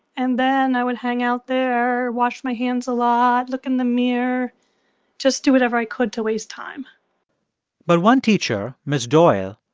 and then i would hang out there, wash my hands a lot, look in the mirror just do whatever i could to waste time but one teacher, ms. doyle,